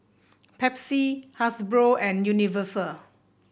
Pepsi Hasbro and Universal